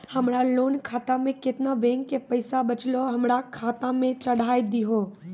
हमरा लोन खाता मे केतना बैंक के पैसा बचलै हमरा खाता मे चढ़ाय दिहो?